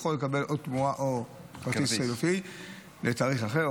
יכול לקבל או תמורה או כרטיס חלופי לתאריך אחר,